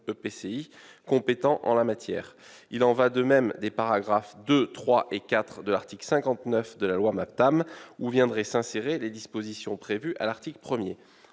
EPCI compétents en la matière. Il en va de même des paragraphes II, III et IV de l'article 59 de la loi MAPTAM, dans lesquels viendraient s'insérer les dispositions prévues à l'article 1